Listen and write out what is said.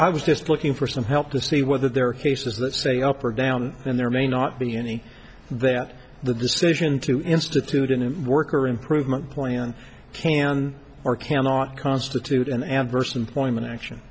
i was just looking for some help to see whether there are cases that say up or down and there may not be any there the decision to institute in the worker improvement plan can or cannot constitute an adverse employment action